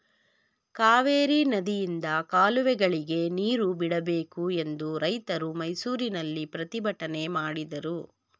ಕಾವೇರಿ ನದಿಯಿಂದ ಕಾಲುವೆಗಳಿಗೆ ನೀರು ಬಿಡಬೇಕು ಎಂದು ರೈತರು ಮೈಸೂರಿನಲ್ಲಿ ಪ್ರತಿಭಟನೆ ಮಾಡಿದರು